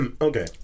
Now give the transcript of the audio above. Okay